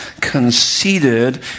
conceited